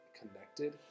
connected